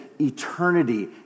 eternity